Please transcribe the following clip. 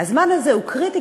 הזמן הזה הוא קריטי,